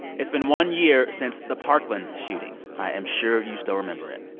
it's been one year since the parkland shooting. i am sure you still remember it.